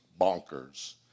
bonkers